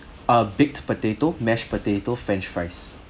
err baked potato mash potato french fries